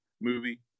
movie